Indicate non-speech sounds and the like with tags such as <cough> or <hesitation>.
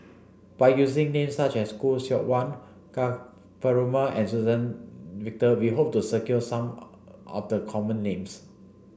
by using names such as Khoo Seok Wan Ka Perumal and Suzann Victor we hope to <unintelligible> some <hesitation> after the common names